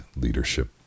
Leadership